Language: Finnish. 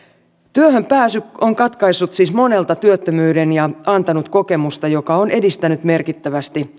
työhön pääsy on katkaissut siis monelta työttömyyden ja antanut kokemusta joka on edistänyt merkittävästi